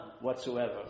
whatsoever